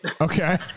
Okay